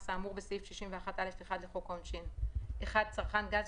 האמור בסעיף 61(א)(1) לחוק העונשין - צרכן גז,